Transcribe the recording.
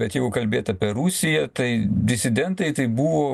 bet jeigu kalbėt apie rusiją tai disidentai tai buvo